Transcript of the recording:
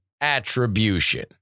attribution